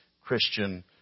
Christian